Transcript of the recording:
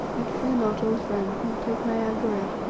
yet fear not, old friend, nor take my anger ill.